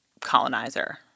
colonizer